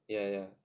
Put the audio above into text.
ya ya